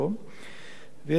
היא היתה קצת פחות מ-5%.